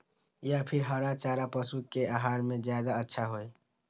या फिर हरा चारा पशु के आहार में ज्यादा अच्छा होई?